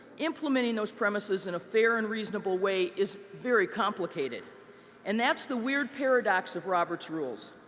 implementing those premises in a fair and reasonable way is very complicated and that's the weird paradox of roberts rules.